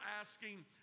asking